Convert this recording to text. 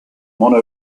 mono